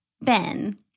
Ben